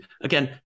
Again